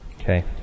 Okay